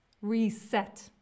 reset